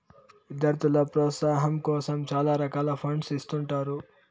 విద్యార్థుల ప్రోత్సాహాం కోసం చాలా రకాల ఫండ్స్ ఇత్తుంటారు